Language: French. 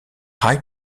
rails